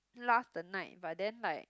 last the night but then like